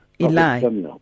Eli